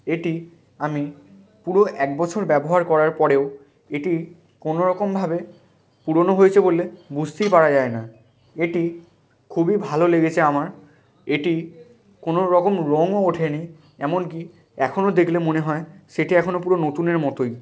এটি আমি পুরো একবছর ব্যবহার করার পরেও এটি কোনোরকমভাবে পুরনো হয়েছে বলে বুঝতেই পারা যায় না এটি খুবই ভালো লেগেছে আমার এটি কোনোরকম রঙও ওঠেনি এমনকি এখনও দেখলে মনে হয় সেটি এখনও পুরো নতুনের মতোই